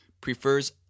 prefers